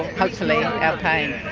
hopefully, our pain.